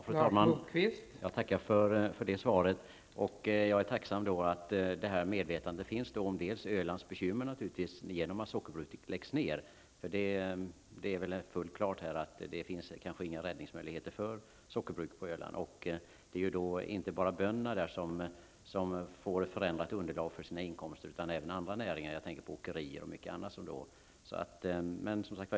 Fru talman! Jag tackar för svaret, och jag är tacksam för att detta medvetande finns om Ölands bekymmer beträffande att sockerbruket läggs ned. Det finns kanske inga räddningsmöjligheter för sockerbruket på Öland. Det är inte bara bönderna där som får förändringar när det gäller underlaget för sina inkomster utan även andra näringar, t.ex. åkerier och många andra.